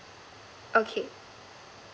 okay